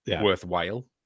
worthwhile